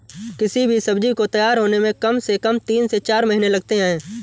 किसी भी सब्जी को तैयार होने में कम से कम तीन से चार महीने लगते हैं